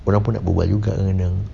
orang pun nak berbual juga